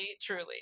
truly